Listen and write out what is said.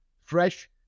fresh